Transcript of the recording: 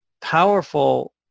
powerful